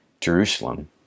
Jerusalem